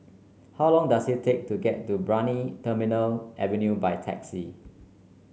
how long does it take to get to Brani Terminal Avenue by taxi